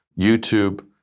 youtube